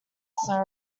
slow